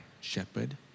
shepherd